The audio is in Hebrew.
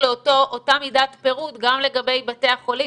לאותה מידת פירוט גם לגבי בתי החולים.